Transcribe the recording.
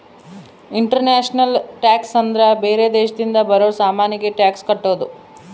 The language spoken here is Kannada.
ಇಂಟರ್ನ್ಯಾಷನಲ್ ಟ್ಯಾಕ್ಸ್ ಅಂದ್ರ ಬೇರೆ ದೇಶದಿಂದ ಬರೋ ಸಾಮಾನಿಗೆ ಟ್ಯಾಕ್ಸ್ ಕಟ್ಟೋದು